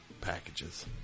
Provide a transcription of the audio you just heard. packages